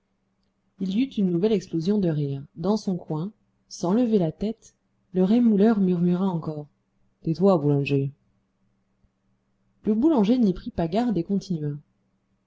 il y eut une nouvelle explosion de rires dans son coin sans lever la tête le rémouleur murmura encore tais-toi boulanger le boulanger n'y prit pas garde et continua